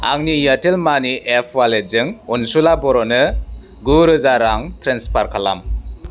आंनि एयारटेल मानि एप वालेटजों अनसुला बर'नो गु रोजा रां ट्रेन्सफार खालाम